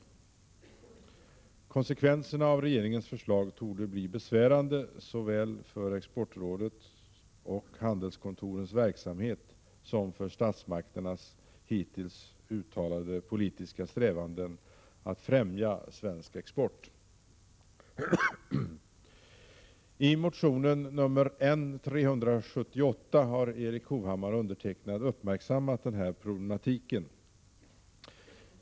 Konsekvenserna av regeringens förslag torde bli besvärande, såväl för Exportrådets och handelskontorens verksamhet som för statsmakternas hittills uttalade politiska strävanden att främja svensk export. I motion N378 har Erik Hovhammar och jag uppmärksammat problematiken.